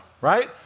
right